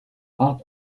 acht